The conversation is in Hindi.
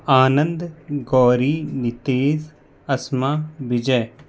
आनंद गौरी नितीश अस्मा विजय